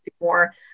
more